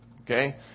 Okay